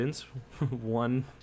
One